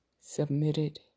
submitted